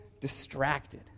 distracted